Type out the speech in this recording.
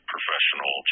professional